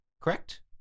Correct